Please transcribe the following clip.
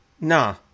nah